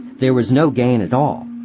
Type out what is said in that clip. there was no gain at all,